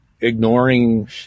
ignoring